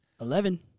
Eleven